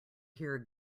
hear